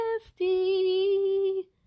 nasty